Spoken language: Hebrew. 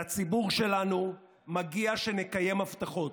לציבור שלנו מגיע שנקיים הבטחות.